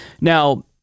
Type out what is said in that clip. Now